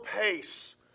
pace